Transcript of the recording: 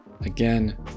again